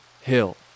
Hill